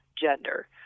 gender